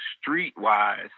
street-wise